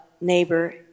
neighbor